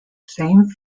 same